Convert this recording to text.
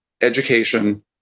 education